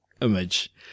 image